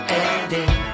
ending